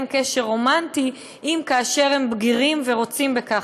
קשר רומנטי אם וכאשר הם בגירים ורוצים בכך,